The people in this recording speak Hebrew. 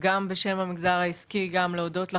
בשם המגזר העסקי, אני רוצה להודות לכם,